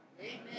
Amen